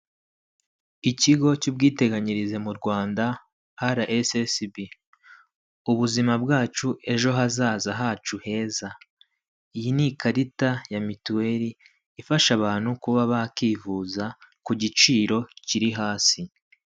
Ikigo cy'ubwiteganyirize mu Rwanda RSSB, ubuzima bwacu ejo hazaza hacu heza iyi ni ikarita ya mituweri ifasha abantu kuba bakwivuza ku giciro kiri hasi.